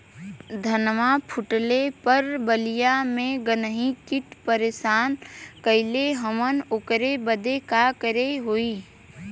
धनवा फूटले पर बलिया में गान्ही कीट परेशान कइले हवन ओकरे बदे का करे होई?